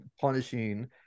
punishing